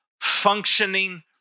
functioning